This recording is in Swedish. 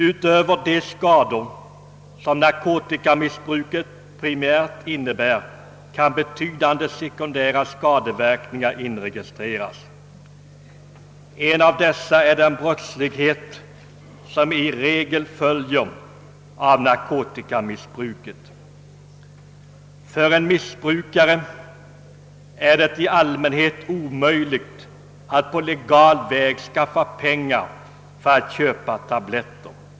Utöver de skador som narkotikamissbruket primärt innebär kan betydande sekundära skadeverkningar inregistreras. En av dessa är den brottslighet som i regel följer av narkotikamissbruket. För en missbrukare är det i allmänhet omöjligt att på legal väg skaffa pengar för att köpa tabletter.